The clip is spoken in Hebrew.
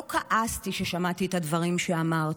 לא כעסתי כששמעתי את הדברים שאמרת,